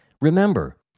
Remember